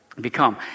become